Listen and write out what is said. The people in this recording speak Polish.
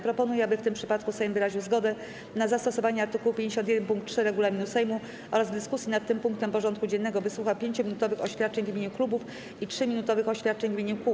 Proponuję, aby w tym przypadku Sejm wyraził zgodę na zastosowanie art. 51 pkt 3 regulaminu Sejmu oraz w dyskusji nad tym punktem porządku dziennego wysłuchał 5-minutowych oświadczeń w imieniu klubów i 3-minutowych oświadczeń w imieniu kół.